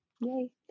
Yay